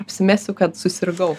apsimesiu kad susirgau